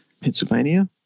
Pennsylvania